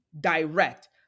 direct